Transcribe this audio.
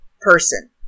person